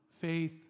Faith